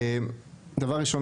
דבר ראשון,